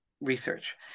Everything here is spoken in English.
research